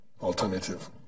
alternative